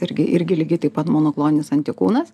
irgi irgi lygiai taip pat monokloninis antikūnas